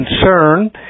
concern